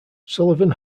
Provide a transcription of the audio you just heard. sullivan